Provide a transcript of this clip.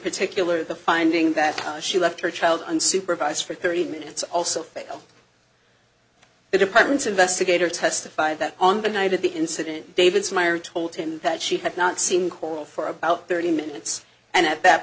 particular the finding that she left her child unsupervised for thirty minutes also the department's investigator testified that on the night of the incident david's meier told him that she had not seen coral for about thirty minutes and at that